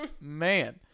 man